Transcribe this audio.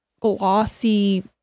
glossy